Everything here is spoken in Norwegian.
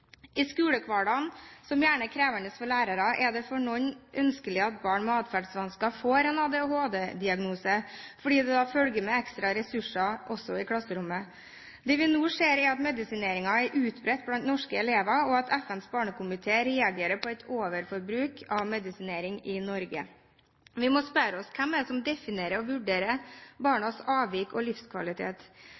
I skolehverdagen, som gjerne er krevende for lærerne, er det for noen ønskelig at barn med adferdsvansker får en ADHD-diagnose, fordi det da følger med ekstra ressurser også i klasserommet. Det vi nå ser, er at medisinering er utbredt blant norske elever, og FNs barnekomité reagerer på et overforbruk av medisiner i Norge. Vi må spørre oss: Hvem er det som definerer og vurderer barnas avvik og livskvalitet?